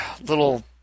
little